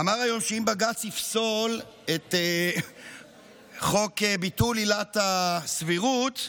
אמר היום שאם בג"ץ יפסול את חוק ביטול עילת הסבירות,